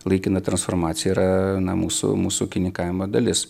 laikina transformacija yra na mūsų mūsų ūkininkavimo dalis